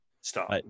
Stop